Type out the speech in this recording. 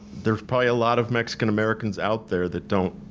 there's probably a lot of mexican americans out there that don't,